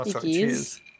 Cheers